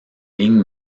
lignes